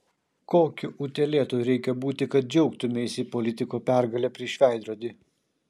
kokiu utėlėtu reikia būti kad džiaugtumeisi politiko pergale prieš veidrodį